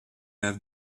have